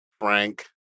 frank